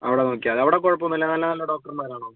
അവിടെ നോക്കിയാൽ മതി അവിടെ കുഴപ്പമൊന്നും ഇല്ല നല്ല നല്ല ഡോക്ടർമാരാണോ